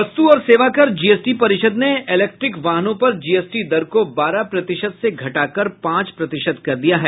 वस्तु और सेवा कर जीएसटी परिषद ने इलेक्ट्रिक वाहनों पर जीएसटी दर को बारह प्रतिशत से घटाकर पांच प्रतिशत कर दिया है